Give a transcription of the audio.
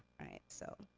right? so,